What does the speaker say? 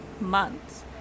months